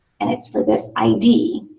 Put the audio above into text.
and it's for this id.